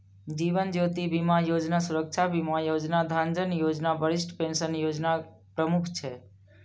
जीवन Jyoti Bima Yojana, Suraksha Bima Yojana, Jan Dhan Yojana, Varishtha pension Yojana प्रमुख छै